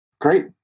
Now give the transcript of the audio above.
Great